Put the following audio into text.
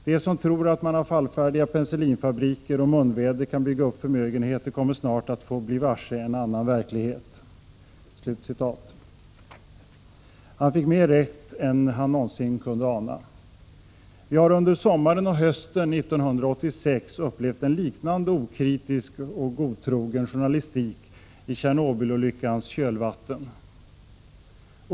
De som tror att man av fallfärdiga penicillinfabriker och munväder kan bygga upp förmögenheter kommer snart att få bli varse en annan verklighet.” Han fick mer rätt än han någonsin kunde ana. Vi har under sommaren och hösten 1986 upplevt en liknande okritisk och godtrogen journalistik i Tjernobylolyckans kölvatten.